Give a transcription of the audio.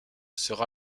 sera